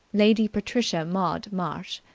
lady patricia maud marsh,